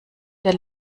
der